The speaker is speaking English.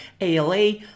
ALA